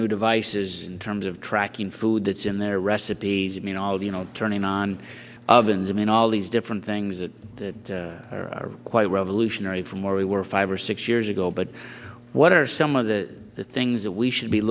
new devices in terms of tracking food that's in their recipes i mean all the you know turning on ovens i mean all these different things that are quite revolutionary from where we were five or six years ago but what are some of the the things that we should be